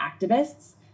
activists